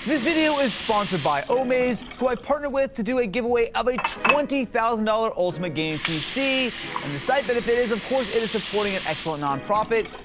this video is sponsored by omaze who i partnered with to do a giveaway of a twenty thousand dollars ultimate game pc and the side benefit is of course it is supporting an excellent nonprofit.